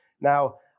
Now